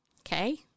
Okay